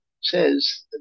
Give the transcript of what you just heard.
says